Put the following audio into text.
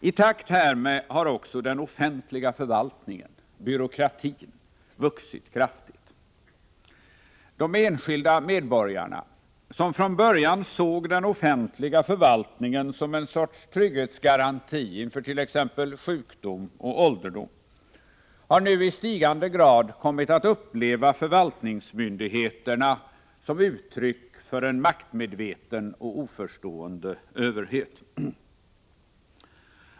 I takt härmed har också den offentliga förvaltningen — byråkratin — vuxit kraftigt. De enskilda medborgarna, som från början såg den offentliga förvaltningen som en sorts trygghetsgaranti inför t.ex. sjukdom och ålderdom, har nu i stigande grad kommit att uppleva förvaltningsmyndigheterna som uttryck för maktmedveten och oförstående överhet.